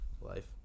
life